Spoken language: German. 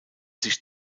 sich